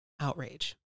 outrage